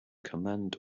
command